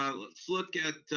um let's look at